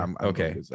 Okay